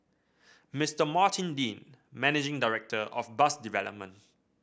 Mister Martin Dean managing director of bus development